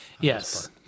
Yes